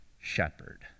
shepherd